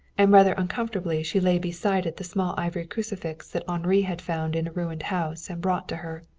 and rather uncomfortably she laid beside it the small ivory crucifix that henri had found in a ruined house and brought to her.